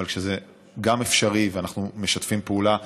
אבל כשזה גם אפשרי ואנחנו משתפים פעולה,